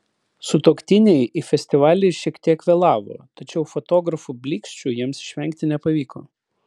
sutuoktiniai į festivalį šiek tiek vėlavo tačiau fotografų blyksčių jiems išvengti nepavyko